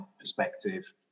perspective